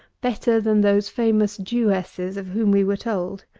better than those famous jewesses of whom we were told.